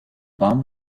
bomb